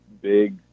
big